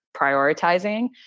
prioritizing